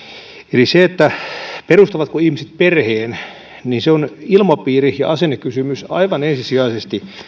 eli se perustavatko ihmiset perheen on ilmapiiri ja asennekysymys aivan ensisijaisesti